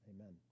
Amen